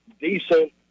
decent